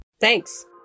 Thanks